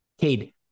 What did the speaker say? Cade